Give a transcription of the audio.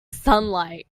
sunlight